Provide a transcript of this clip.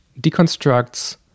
deconstructs